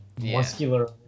muscular